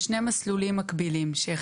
יש